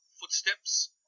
footsteps